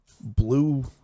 blue